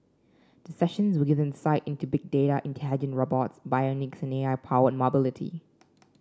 sessions will give insight into Big Data intelligent robot bionic and A I powered mobility